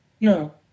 No